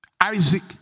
Isaac